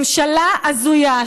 ממשלה הזויה,